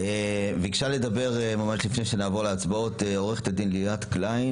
ביקשה לדבר ליאת קליין,